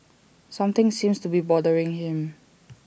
something seems to be bothering him